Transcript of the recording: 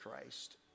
Christ